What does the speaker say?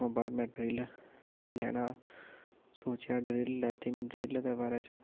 बाद में ड्रिल लैना सोचेआ ड्रिल लैती में ड्रिल दे बारै च